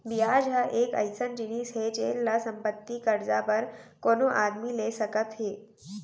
बियाज ह एक अइसन जिनिस हे जेन ल संपत्ति, करजा बर कोनो आदमी ले सकत हें